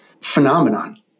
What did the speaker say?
phenomenon